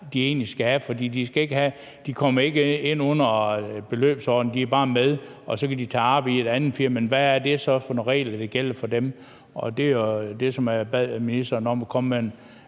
det egentlig er, de skal have. For de kommer ikke ind under beløbsordningen, de er bare med, og så kan de tage arbejde i et andet firma. Men hvad er det så for nogle regler, der gælder for dem? Det var jo det, som jeg bad ministeren om at komme med en